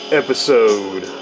episode